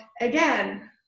again